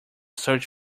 search